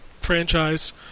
franchise